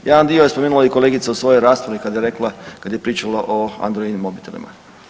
Jedan dio je spomenula i kolegica u svojoj raspravi kad je rekla, kad je pričala o androidnim mobitelima.